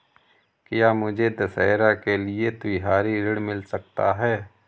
क्या मुझे दशहरा के लिए त्योहारी ऋण मिल सकता है?